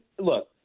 look